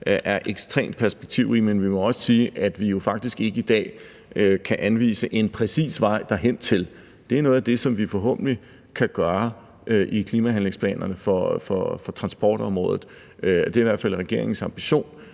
er ekstremt perspektivrige, men vi må også sige, at vi jo faktisk ikke i dag kan anvise en præcis vej derhentil. Det er noget af det, som vi forhåbentlig kan gøre i klimahandlingsplanerne for transportområdet. Det er i hvert fald regeringens ambition,